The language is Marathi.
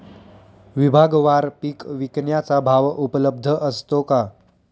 विभागवार पीक विकण्याचा भाव उपलब्ध असतो का?